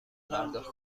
پرداخت